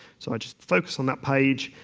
so i just focus on that page,